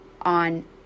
on